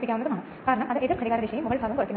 ചില യന്ത്രങ്ങൾ തുറന്നിരിക്കും